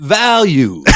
value